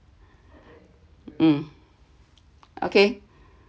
mm okay